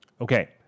Okay